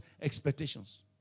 expectations